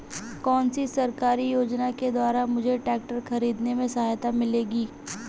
कौनसी सरकारी योजना के द्वारा मुझे ट्रैक्टर खरीदने में सहायता मिलेगी?